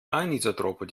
anisotroper